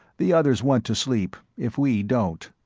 the others want to sleep, if we don't.